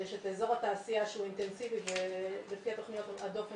יש את אזור התעשייה שהוא אינטנסיבי ולפי התכניות הדופן